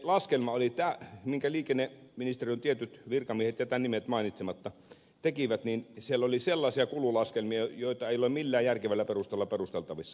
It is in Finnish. siinä laskelmassa minkä liikenneministeriön tietyt virkamiehet jätän nimet mainitsematta tekivät oli sellaisia kululaskelmia joita ei ole millään järkevällä perusteella perusteltavissa